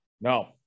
No